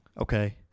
Okay